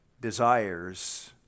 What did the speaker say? desires